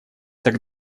так